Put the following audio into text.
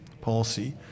policy